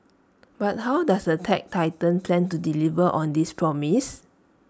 but how does the tech titan plan to deliver on this promise